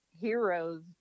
heroes